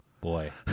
Boy